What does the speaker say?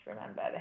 remember